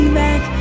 back